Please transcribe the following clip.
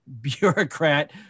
bureaucrat